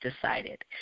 decided